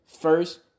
first